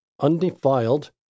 undefiled